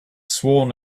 sworn